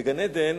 בגן-עדן